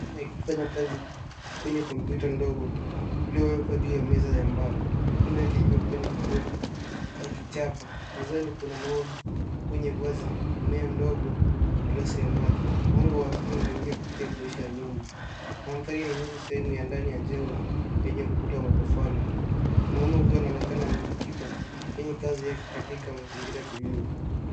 Mwanaume akifanya kazi kwenye kompyuta ndogo iliyowekwa juu ya meza ya mbao. Mikono yake iko kwenye kibodi akichapa. Mezani kuna maua kwenye vase mmea mdogo na gilasi ya maji. Mwanga wa asili unaingia kupitia dirisha ya nyuma. Mandhari inaonyesha sehemu ya ndani ya jengo, yenye ukuta wa matofali. Mwanaume huyo anaonekana amejikita kwenye kazi yake katika mazingira tulivu.